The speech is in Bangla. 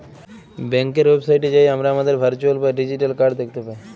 ব্যাংকের ওয়েবসাইটে যাঁয়ে আমরা আমাদের ভারচুয়াল বা ডিজিটাল কাড় দ্যাখতে পায়